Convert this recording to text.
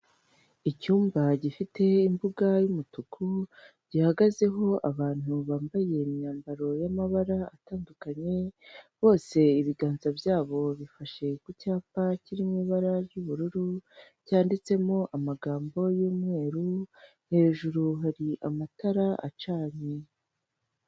Icyumba gifite imbuga y'umutuku gihagazeho abantu bambaye imyambaro y'amabara atandukanye bose ibiganza byabo bifashe ku cyapa kiri mu ibara ry'ubururu cyanditsemo amagambo y'umweru hejuru hari amatara acanye.